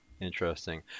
Interesting